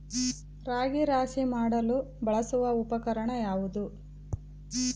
ರಾಗಿ ರಾಶಿ ಮಾಡಲು ಬಳಸುವ ಉಪಕರಣ ಯಾವುದು?